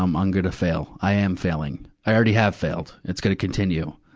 um um gonna fail. i am failing. i already have failed. it's gonna continue.